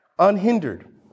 unhindered